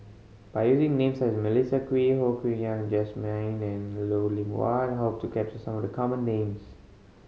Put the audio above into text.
by using names such as Melissa Kwee Ho Yen Wah Jesmine and Lim Loh Huat we hope to capture some of the common names